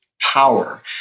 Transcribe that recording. power